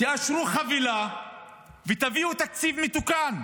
תאשרו חבילה ותביאו תקציב מתוקן,